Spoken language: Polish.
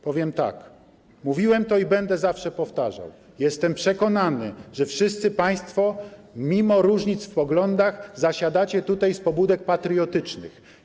Powiem tak, mówiłem to i będę zawsze powtarzał: Jestem przekonany, że wszyscy Państwo mimo różnic w poglądach zasiadacie tutaj z pobudek patriotycznych.